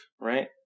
Right